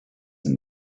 and